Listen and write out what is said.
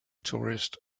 tourist